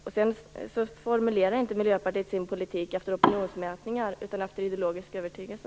Miljöpartiet formulerar inte sin politik efter opinionsmätningar, utan efter ideologisk övertygelse.